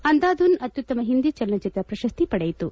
ಅಂಧಾಧುನ್ ಅತ್ಯುತ್ತಮ ಹಿಂದಿ ಚಲನಚಿತ್ರ ಪ್ರಶಸ್ತಿ ಪಡೆಯಿತು